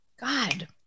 God